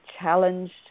challenged